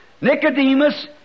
Nicodemus